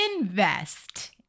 invest